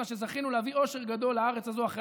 העושר הגדול שזכינו להביא לארץ הזו אחרי